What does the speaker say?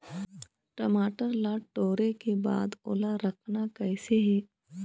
टमाटर ला टोरे के बाद ओला रखना कइसे हे?